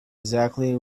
exactly